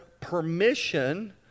permission